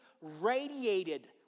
radiated